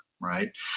right